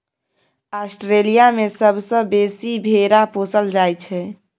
Australia मे सबसँ बेसी भेरा पोसल जाइ छै